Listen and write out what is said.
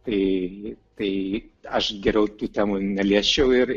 tai tai aš geriau tų temų neliesčiau ir